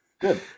Good